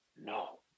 No